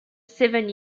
seven